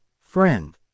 Friend